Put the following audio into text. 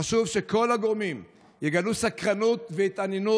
חשוב שכל הגורמים יגלו סקרנות והתעניינות